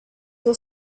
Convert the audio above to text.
will